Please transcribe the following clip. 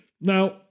Now